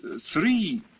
three